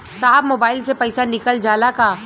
साहब मोबाइल से पैसा निकल जाला का?